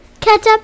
Ketchup